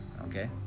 okay